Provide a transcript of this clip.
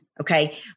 okay